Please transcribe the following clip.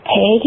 Hey